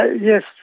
Yes